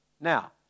Now